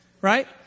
right